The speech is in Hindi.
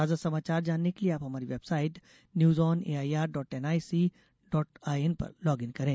ताजा समाचार जानने के लिए आप हमारी website news on A I R dot N I C dot I N पर लॉग इन करें